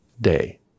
day